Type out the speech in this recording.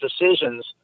decisions